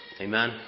Amen